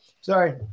Sorry